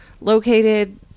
located